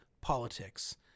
politics